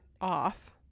off